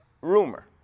rumor